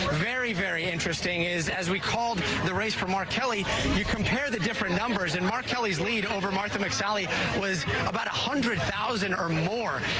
very very interesting is as we called the race from r kelli you compare the different numbers and mark kelly's lead over martha mcsally was about a one hundred thousand or more.